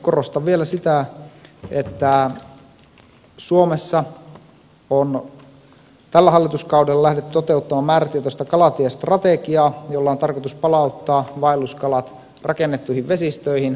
korostan vielä sitä että suomessa on tällä hallituskaudella lähdetty toteuttamaan määrätietoista kalatiestrategiaa jolla on tarkoitus palauttaa vaelluskalat rakennettuihin vesistöihin